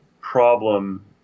problem